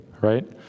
right